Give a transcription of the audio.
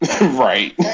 right